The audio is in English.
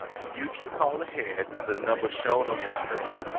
ah you can call ahead to the number shown on your screen,